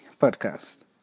podcast